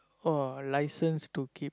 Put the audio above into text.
oh licensed to keep